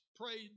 prayed